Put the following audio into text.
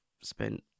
spent